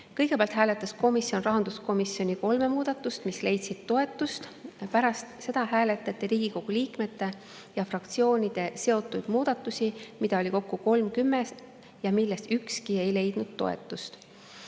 Kõigepealt hääletas komisjon rahanduskomisjoni kolme muudatust, mis leidsid toetust. Pärast seda hääletati Riigikogu liikmete ja fraktsioonide seotud muudatusi, mida oli kokku 30 ja millest ükski ei leidnud toetust.